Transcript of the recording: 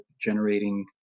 generating